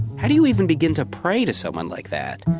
how do you even begin to pray to someone like that?